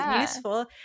useful